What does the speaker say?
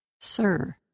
Sir